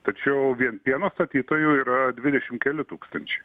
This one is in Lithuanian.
tačiau vien pieno statytojų yra dvidešimt keli tūkstančiai